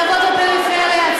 לעבוד בפריפריה.